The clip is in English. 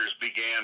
began